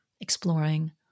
exploring